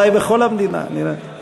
אולי בכל המדינה, נראה.